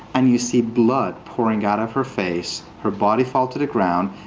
and you see blood pouring out of her face, her body fall to the ground,